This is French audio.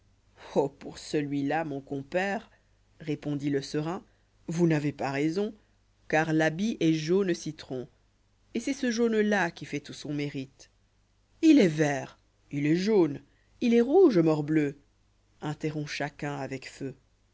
oh pour celui-là mon compère répondit le serin vous n'avez pas raison car l'habit est jaune citron et c'est ce jàune là qui fait tout son mérite il est vert il est jaune il est rouge morbleu interrompt chacun avec feu